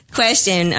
question